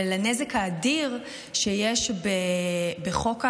הנזק האדיר שיש בחוק האפליה,